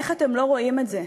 איך אתם לא רואים את זה?